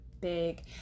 big